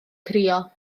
crio